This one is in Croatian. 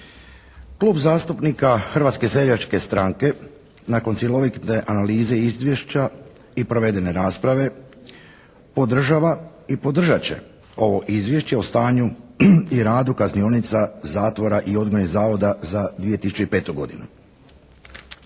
Klub zastupnika Hrvatske seljačke stranke nakon cjelovite analize Izvješća i provedene rasprave podržava i podržat će ovo Izvješće o stanju i radu kaznionica, zatvora i odgojnih zavoda za 2005. godinu